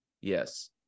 Yes